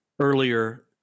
earlier